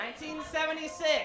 1976